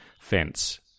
fence